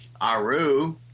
Aru